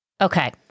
Okay